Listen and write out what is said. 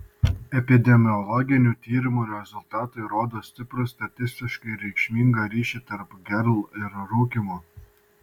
epidemiologinių tyrimų rezultatai rodo stiprų statistiškai reikšmingą ryšį tarp gerl ir rūkymo